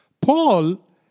Paul